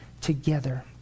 together